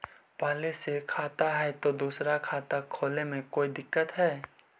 पहले से खाता है तो दूसरा खाता खोले में कोई दिक्कत है?